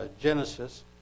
Genesis